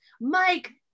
Mike